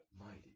mighty